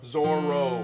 Zorro